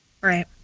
Right